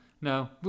no